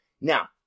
Now